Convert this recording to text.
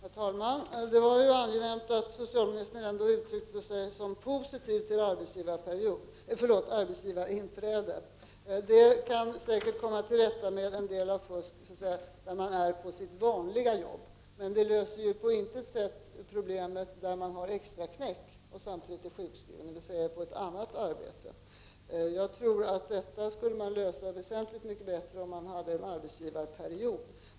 Herr talman! Det var ju angenämt att socialministern ändå uttryckte sig 31 positivt om arbetsgivarinträde. Det kan säkert leda till att man kommer till rätta med det fusk som uppstår då sjukskrivna är på sina vanliga arbeten. Men det löser på intet sätt problemet med dem som är sjukskrivna och samtidigt knäcker extra, dvs. arbetar på ett annat arbete än det ordinarie. Jag tror att man skulle lösa detta väsentligt mycket bättre om man hade en arbetsgivarperiod.